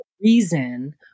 reason